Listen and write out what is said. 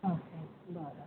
okay बरं